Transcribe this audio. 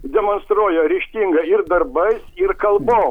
demonstruoja ryžtingą ir darbais ir kalbom